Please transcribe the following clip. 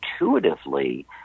intuitively